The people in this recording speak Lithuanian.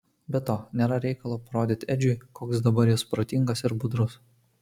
be to nėra reikalo parodyti edžiui koks dabar jis protingas ir budrus